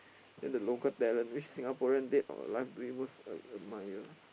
then the local talent which Singaporean dead or alive do you most ad~ admire